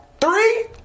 three